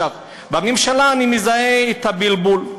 בממשלה אני מזהה את הבלבול.